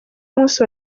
umunsi